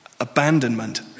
abandonment